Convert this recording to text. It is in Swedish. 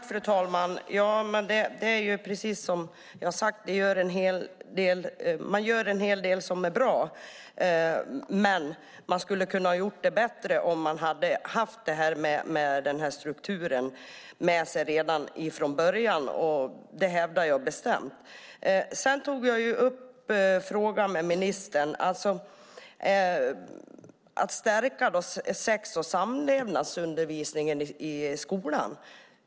Fru talman! Som vi har sagt görs det en hel del som är bra, men det skulle ha kunnat göras ännu bättre om strukturen hade funnits redan från början. Det hävdar jag bestämt. Jag tog upp frågan om att stärka sex och samlevnadsundervisningen i skolan.